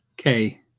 Okay